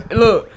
look